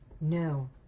No